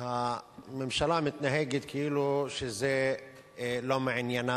הממשלה מתנהגת כאילו שזה לא מעניינה.